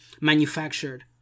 manufactured